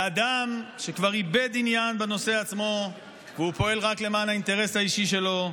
לאדם שכבר איבד עניין בנושא עצמו והוא פועל רק למען האינטרס האישי שלו,